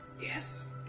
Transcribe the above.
Yes